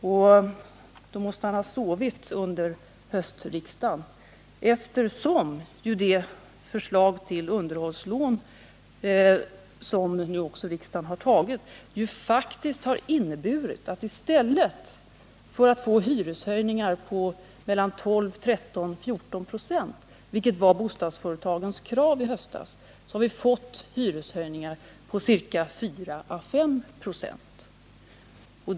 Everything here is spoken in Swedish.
Men då måste han ha sovit under höstriksdagen, eftersom förslaget till underhållslån, som nu riksdagen också har fattat beslut om, faktiskt har inneburit att vi i stället för att få prishöjningar på 12-14 96, vilket var bostadsföretagens krav i höstas, har fått hyreshöjningar på 4-5 96.